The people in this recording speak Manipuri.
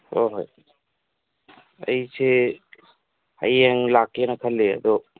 ꯍꯣꯏ ꯍꯣꯏ ꯑꯩꯁꯦ ꯍꯌꯦꯡ ꯂꯥꯛꯀꯦꯅ ꯈꯜꯂꯤ ꯑꯗꯣ